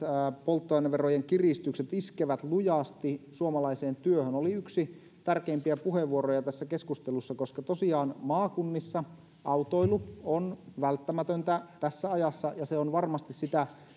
polttoaineverojen kiristykset iskevät lujasti suomalaiseen työhön oli yksi tärkeimpiä puheenvuoroja tässä keskustelussa koska tosiaan maakunnissa autoilu on välttämätöntä tässä ajassa ja se on varmasti sitä